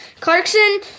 Clarkson